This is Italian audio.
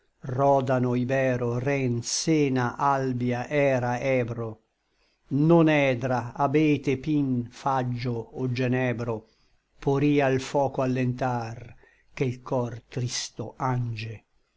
rodano hibero ren sena albia era hebro non edra abete pin faggio o genebro poria l foco allentar che l cor tristo ange